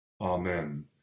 Amen